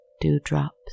dewdrops